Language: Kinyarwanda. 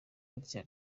gutya